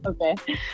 okay